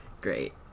great